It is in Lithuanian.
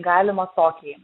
galima tokį